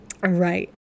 right